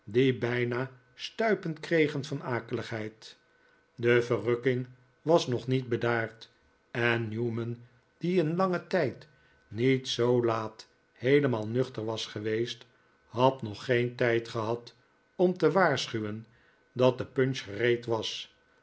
bijna stuipen kregen van akeligheid de verrukking was nog niet bedaard en newman die in langen tijd niet zoo laat heelemaal nuchter was geweest had nog geen tijd gehad om te waarschuwen dat de punch gereed was